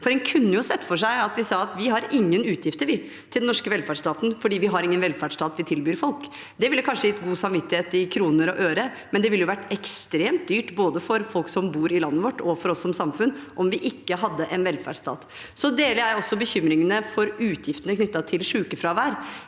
En kunne jo sett for seg at vi sa at vi ikke har noen utgifter til den norske velferdsstaten – fordi vi ikke har noen velferdsstat vi tilbyr folk. Det ville kanskje gitt god samvittighet i kroner og øre, men det ville vært ekstremt dyrt, både for folk som bor i landet vårt, og for oss som samfunn, om vi ikke hadde en velferdsstat. Jeg deler bekymringene for utgiftene knyttet til sykefravær,